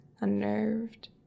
unnerved